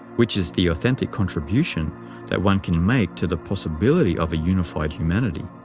which is the authentic contribution that one can make to the possibility of a unified humanity.